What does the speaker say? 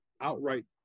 outright